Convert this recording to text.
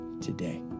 today